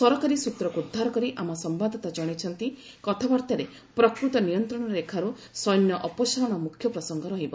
ସରକାରୀ ସୂତ୍ରକୁ ଉଦ୍ଧାର କରି ଆମ ସମ୍ଭାଦଦାତା ଜଣାଇଛନ୍ତି କଥାବାର୍ତ୍ତାରେ ପ୍ରକୃତ ନିୟନ୍ତ୍ରଣ ରେଖାରୁ ସୈନ୍ୟ ଅପସାରଣ ମୁଖ୍ୟ ପ୍ରସଙ୍ଗ ରହିବ